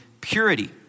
purity